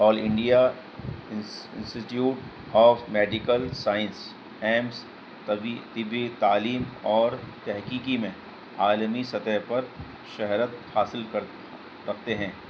all India institute of medical science AIIMS طبی تعلیم اور تحقیقی میں عالمی سطح پر شہرت حاصل کر رکھتے ہیں